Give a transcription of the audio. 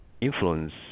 influence